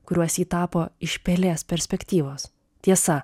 kuriuos ji tapo iš pelės perspektyvos tiesa